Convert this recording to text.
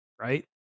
right